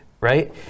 right